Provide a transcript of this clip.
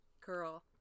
girl